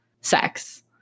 sex